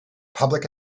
public